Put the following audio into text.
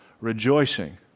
rejoicing